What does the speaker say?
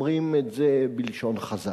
אומרים את זה בלשון חז"ל,